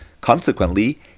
Consequently